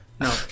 no